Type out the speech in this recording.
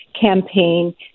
campaign